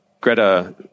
Greta